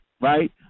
right